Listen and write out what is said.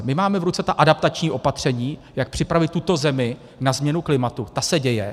My máme v ruce ta adaptační opatření, jak připravit tuto zemi na změnu klimatu, ta se děje.